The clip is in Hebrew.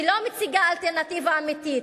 שלא מציגה אלטרנטיבה אמיתית,